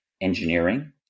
engineering